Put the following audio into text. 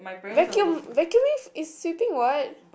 vacuum vacuuming is sweeping what